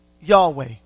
Yahweh